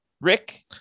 Rick